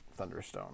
Thunderstone